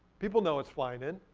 people know it's flying in.